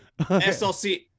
SLC